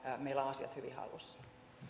meillä on asiat hyvin hallussa